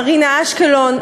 מרינה אשקלון,